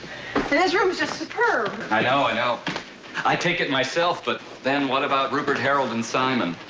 this room is just superb. i know, i know. i'd take it myself but then what about rupert, harold and simon?